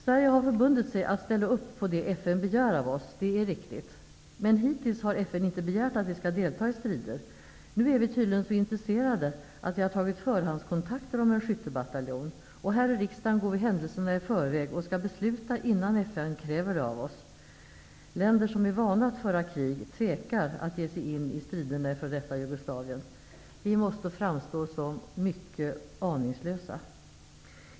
Sverige har förbundit sig att ställa upp på det FN begär av oss, det är riktigt. Men hittills har FN inte begärt att vi skall delta i strider. Nu är vi tydligen så intresserade att vi har tagit förhandskontakter om en skyttebataljon, och här i riksdagen går vi händelserna i förväg och skall besluta innan FN kräver det av oss. Länder som är vana att föra krig tvekar att ge sig in i striderna i f.d. Jugoslavien. Vi måste framstå som mycket aningslösa.